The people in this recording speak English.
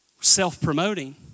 self-promoting